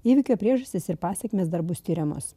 įvykio priežastis ir pasekmės dar bus tiriamos